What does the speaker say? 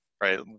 right